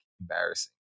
embarrassing